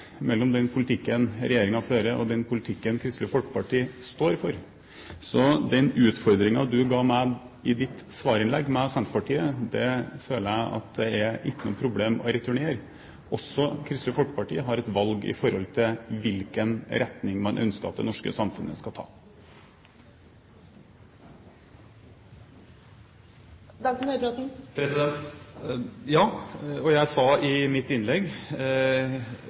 mellom den politikken regjeringen fører, og den politikken Kristelig Folkeparti står for, så den utfordringen representanten ga meg i sitt svarinnlegg om Senterpartiet, føler jeg ikke er noe problem å returnere. Også Kristelig Folkeparti har et valg med hensyn til hvilken retning man ønsker at det norske samfunnet skal ta. Ja, og jeg sa i mitt innlegg